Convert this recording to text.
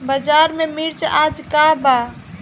बाजार में मिर्च आज का बा?